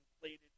inflated